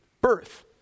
birth